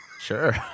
Sure